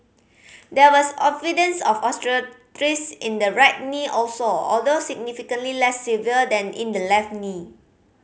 there was evidence of osteoarthritis in the right knee also although significantly less severe than in the left knee